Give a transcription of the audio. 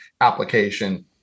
application